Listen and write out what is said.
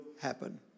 happen